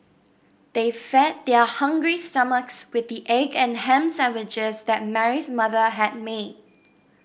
they fed their hungry stomachs with the egg and ham sandwiches that Mary's mother had made